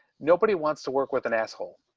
nobody wants to work with an asshole.